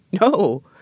no